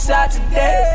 Saturday